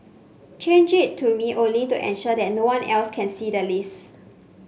change it to me only to ensure that no one else can see the list